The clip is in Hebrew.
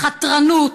חתרנות,